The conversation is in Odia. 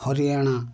ହରିୟାଣା